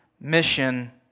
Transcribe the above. Mission